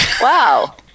wow